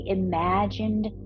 imagined